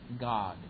God